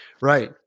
Right